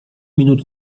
minut